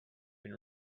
been